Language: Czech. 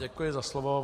Děkuji za slovo.